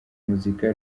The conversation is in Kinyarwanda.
muzika